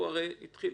הוא שאל: